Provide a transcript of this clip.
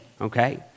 okay